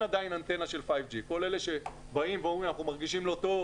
אין עדיין אנטנה של 5G. כל אלה שבאים ואומרים שהם מרגישים לא טוב